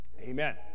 amen